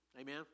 Amen